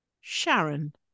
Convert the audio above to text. Sharon